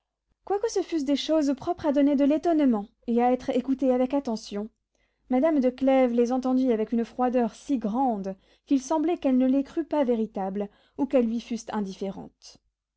quoique ce fussent des choses propres à donner de l'étonnement et à être écoutées avec attention madame de clèves les entendit avec une froideur si grande qu'il semblait qu'elle ne les crût pas véritables ou qu'elles lui fussent indifférentes